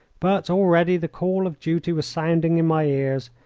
but already the call of duty was sounding in my ears,